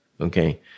okay